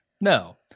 No